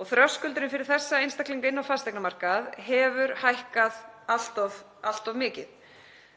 og þröskuldurinn fyrir þessa einstaklinga inn á fasteignamarkað hefur hækkað allt of mikið.